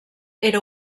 era